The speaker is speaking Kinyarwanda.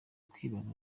kwibaza